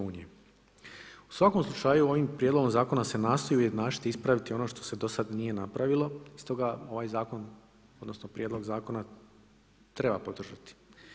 U svakom slučaju, ovi prijedlogom zakona se nastoji ujednačiti i ispraviti ono što se do sada nije napravilo, stoga ovaj zakon, odnosno prijedlog zakona treba podržati.